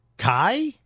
Kai